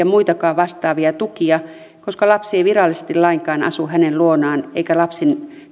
muitakaan vastaavia tukia koska lapsi ei virallisesti lainkaan asu hänen luonaan eikä lapsi